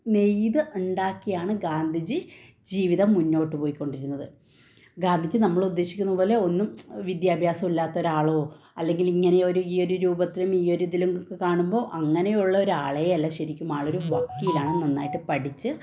നെയ്ത് ഉണ്ടാക്കിയാണ് ഗാന്ധിജി ജീവിതം മുന്നോട്ട് പോയികൊണ്ടിരുന്നത് ഗാന്ധിജി നമ്മൾ ഉദ്ദേശിക്കുന്നതുപോലെ ഒന്നും വിദ്യാഭ്യാസം ഇല്ലാത്ത ഒരാളോ അല്ലെങ്കിൽ ഈ ഒരു രൂപത്തിലും ഈ ഒരു ഇതിലും കാണുമ്പോൾ അങ്ങനെയുള്ള ഒരാളേ അല്ല ശരിക്കും ആളൊരു വക്കീലാണ് നന്നായിട്ട് പഠിച്ച്